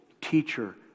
teacher